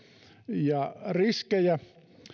ja riskejä